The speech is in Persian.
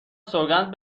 سوگند